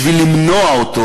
בשביל למנוע אותו,